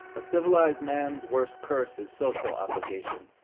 a civilized man's worst curse is social obligation.